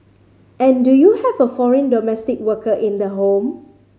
and do you have a foreign domestic worker in the home